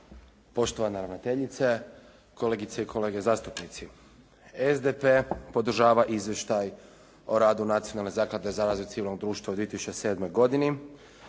poštovana ravnateljice, kolegice i kolege zastupnici. SDP podržava Izvještaj o radu Nacionalne zaklade za razvoj civilnog društva u 2007. godini